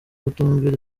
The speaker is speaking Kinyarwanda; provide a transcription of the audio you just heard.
kutumvira